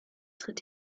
tritt